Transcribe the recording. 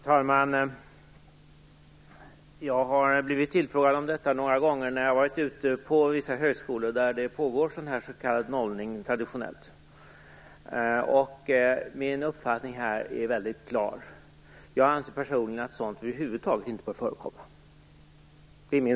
Fru talman! Jag har blivit tillfrågad om detta några gånger när jag har varit ute på vissa högskolor där det traditionellt pågår s.k. nollning. Min uppfattning i frågan är väldigt klar. Jag anser personligen att sådant över huvud taget inte bör förekomma.